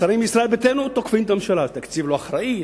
שרים מישראל ביתנו תוקפים את הממשלה: תקציב לא אחראי,